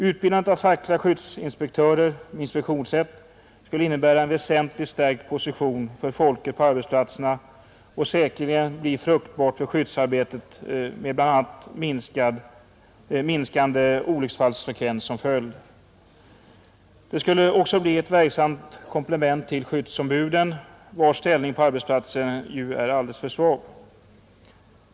Utbildandet av fackliga skyddsinspektörer med inspektionsrätt skulle innebära en väsentligt stärkt position för folket på arbetsplatserna och säkerligen bli fruktbart för skyddsarbetet med bl.a. minskande olycksfallsfrekvens som följd. Dessa inspektörer skulle också bli ett verksamt komplement till skyddsombuden, vars ställning på arbetsplatserna ju är alldeles för svag.